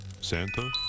Santa